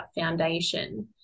foundation